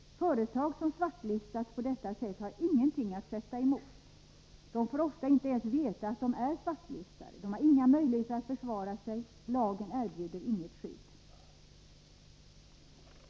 Företag som svartlistats på detta sätt har ingenting att sätta emot. De får ofta inte ens veta att de är svartlistade. De har inga möjligheter att försvara sig, lagen erbjuder inget skydd.